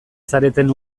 zareten